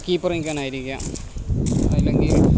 keeper നിൽക്കാനായിരിക്കാം അല്ലെങ്കിൽ